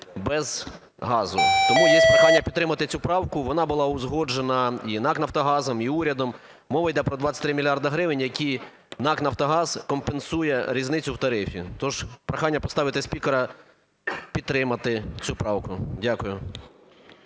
без газу. Тому є прохання підтримати цю правку, вона була узгоджена і НАК "Нафтогазом", і урядом, мова йде про 23 мільярди гривень, які НАК "Нафтогаз" компенсує різницю у тарифі. Тож прохання поставити спікера підтримати цю правку. Дякую.